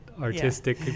artistic